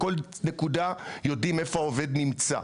בכל נקודה יודעים איפה העובד נמצא.